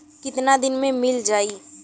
कितना दिन में मील जाई?